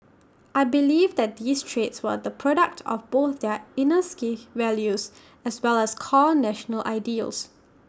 I believe that these traits were the product of both their inner Sikh values as well as core national ideals